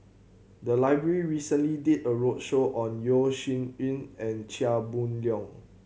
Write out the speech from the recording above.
the library recently did a roadshow on Yeo Shih Yun and Chia Boon Leong